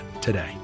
today